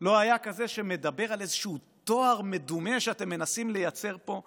לא היה כזה שמדבר על איזשהו טוהר מדומה שאתם מנסים לייצר פה,